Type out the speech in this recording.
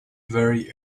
very